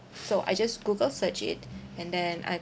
so I just google search it and then I